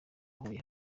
huye